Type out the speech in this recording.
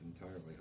entirely